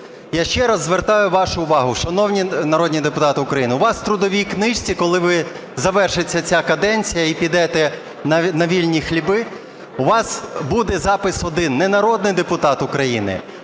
Я ще раз звертаю вашу увагу, шановні народні депутати України, у вас в трудовій книжці, коли ви, завершиться ця каденція, підете на вільні хліби, у вас буде запис один, не "народний депутат України",